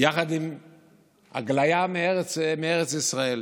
יחד עם הגליה מארץ ישראל.